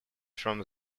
from